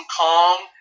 kong